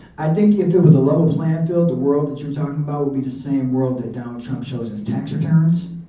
i think if it was a level playing field the world that you're talking about would be the same world that donald trump shows his tax returns.